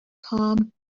calmed